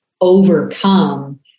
overcome